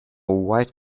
white